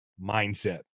mindset